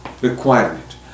requirement